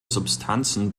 substanzen